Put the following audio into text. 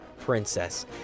princess